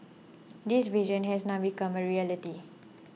this vision has now become a reality